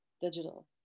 digital